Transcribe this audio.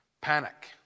Panic